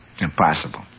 Impossible